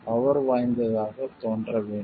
power வாய்ந்ததாக தோன்ற வேண்டும்